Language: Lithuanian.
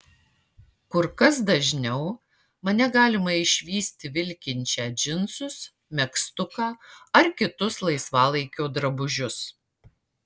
kur kas dažniau mane galima išvysti vilkinčią džinsus megztuką ar kitus laisvalaikio drabužius